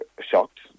shocked